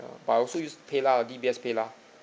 but I also use paylah D_B_S paylah